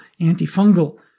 antifungal